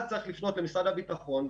אז צריך לפנות למשרד הביטחון,